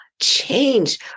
change